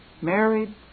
married